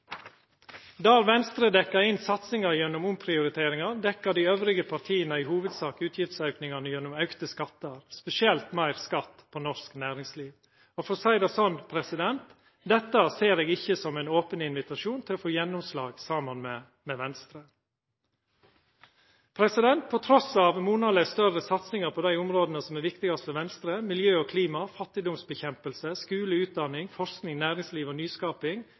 Der Venstre dekkjer inn satsingar gjennom omprioriteringar, dekkjer dei andre partia i hovudsak utgiftsaukingane gjennom auka skattar – spesielt meir skatt på norsk næringsliv. For å seia det sånn: Dette ser eg ikkje som ein open invitasjon til å få gjennomslag saman med Venstre. Trass monaleg større satsingar på dei områda som er viktigast for Venstre – miljø, klima, kamp mot fattigdom, skule, utdanning, forsking, næringsliv og nyskaping